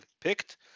picked